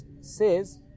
says